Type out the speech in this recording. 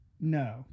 No